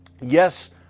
Yes